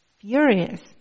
furious